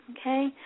Okay